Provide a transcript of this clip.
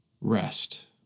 rest